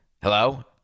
Hello